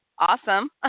Awesome